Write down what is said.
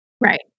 Right